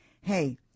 hey